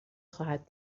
خواهد